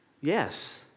Yes